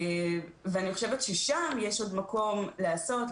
אני חושבת ששם יש עוד מקום לעשות,